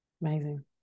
amazing